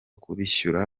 kubishyura